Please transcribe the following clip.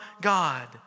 God